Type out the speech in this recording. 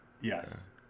yes